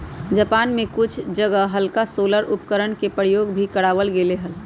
Japan में कुछ जगह हल्का सोलर उपकरणवन के प्रयोग भी करावल गेले हल